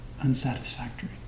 unsatisfactory